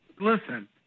listen